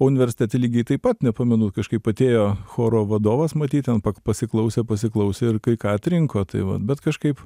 universitete lygiai taip pat nepamenu kažkaip atėjo choro vadovas matyt ten pak pasiklausė pasiklausė ir kai ką atrinko tai va bet kažkaip